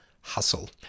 hustle